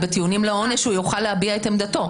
אבל בטיעונים לעונש הוא יוכל להביא את עמדתו,